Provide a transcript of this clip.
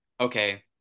okay